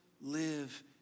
live